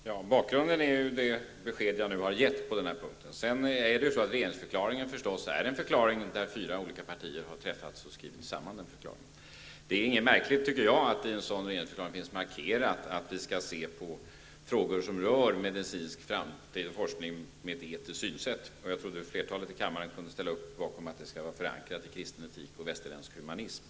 Herr talman! Bakgrunden är det besked som jag nu har lämnat. Regeringsförklaringen har naturligtvis formulerats på grundval av vad fyra olika partier har skrivit sig samman om. Det är inte något märkligt att det i en sådan regeringsförklaring markerats att man skall se på frågor som rör medicinsk forskning med ett etiskt synsätt. Jag tror att flertalet här i kammaren kan ställa sig bakom att detta skall vara förankrat i kristen etik och västerländsk humanism.